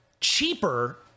cheaper